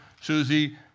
Susie